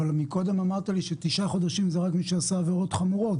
אבל מקודם אמרת לי שתשעה חודשים זה רק מי שעשה עבירות חמורות.